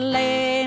lay